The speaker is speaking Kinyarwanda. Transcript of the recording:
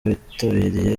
abitabiriye